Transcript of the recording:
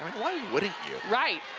why wouldn't you? right.